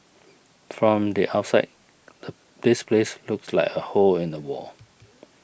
from the outside this place looks like a hole in the wall